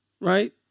right